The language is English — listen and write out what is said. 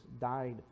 died